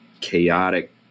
chaotic